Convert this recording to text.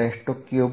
r થશે